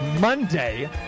Monday